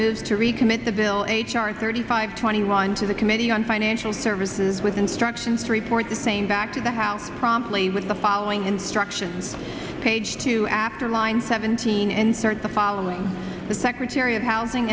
recommit the bill h r thirty five twenty one to the committee on financial services with instructions to report the same back to the house promptly with the following instructions page two after line seventeen insert the following the secretary of housing